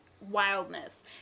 Wildness